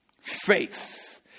faith